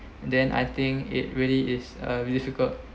then I think it really is uh difficult